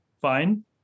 fine